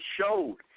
showed